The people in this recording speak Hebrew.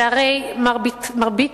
הרי מרבית